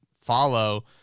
follow